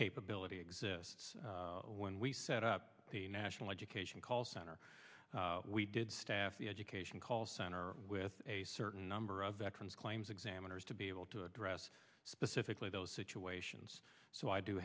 capability exists when we set up the national education call center we did staff the education call center with a certain number of veterans claims examiners to be able to address specifically those situations so i do